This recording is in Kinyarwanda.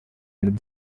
ibintu